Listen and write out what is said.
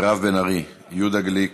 מירב בן ארי, יהודה גליק,